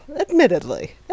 admittedly